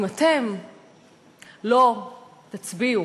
אם אתם לא תצביעו